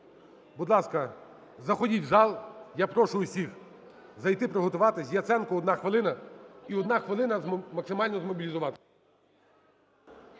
Будь ласка, заходіть в зал, я прошу всіх зайти, приготуватись. Яценко, одна хвилина. І одна хвилина максимально змобілізуватись.